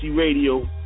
Radio